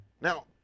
now